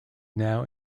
now